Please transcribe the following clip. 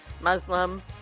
Muslim